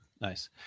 Nice